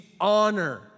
honor